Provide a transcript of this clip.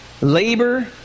labor